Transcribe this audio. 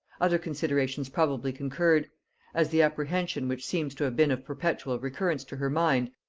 other considerations probably concurred as, the apprehension which seems to have been of perpetual recurrence to her mind,